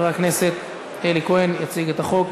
חבר הכנסת אלי כהן יציג את החוק,